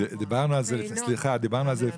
אני רוצה להתמקד בעיקר